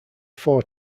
four